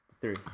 Three